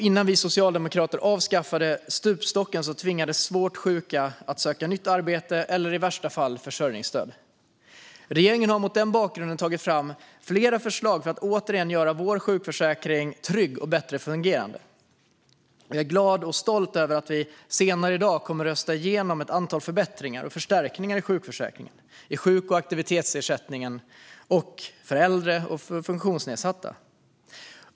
Innan vi socialdemokrater avskaffade stupstocken tvingades svårt sjuka att söka nytt arbete eller i värsta fall försörjningsstöd. Regeringen har mot den bakgrunden tagit fram flera förslag för att återigen göra vår sjukförsäkring trygg och bättre fungerande. Jag är glad och stolt över att vi senare i dag kommer att rösta igenom ett antal förbättringar och förstärkningar i sjukförsäkringen, i sjuk och aktivitetsersättningen och för äldre och för funktionsnedsatta.